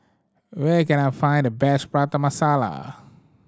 where can I find the best Prata Masala